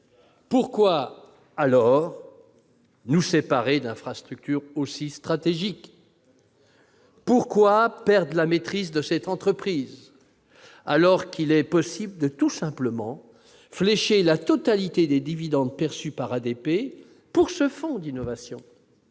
Pourquoi nous séparer d'infrastructures aussi stratégiques ? Pourquoi perdre la maîtrise de cette entreprise, alors qu'il est possible de flécher, tout simplement, la totalité des dividendes perçus d'ADP vers ce fonds pour l'innovation